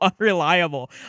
unreliable